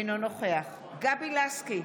אינו נוכח גבי לסקי,